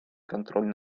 контроль